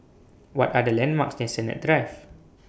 What Are The landmarks near Sennett Drive